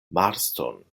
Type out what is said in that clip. marston